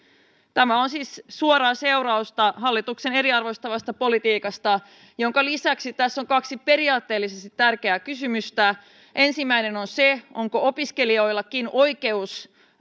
tämä on siis suoraa seurausta hallituksen eriarvoistavasta politiikasta minkä lisäksi tässä on kaksi periaatteellisesti tärkeää kysymystä ensimmäinen on se onko opiskelijoillakin oikeus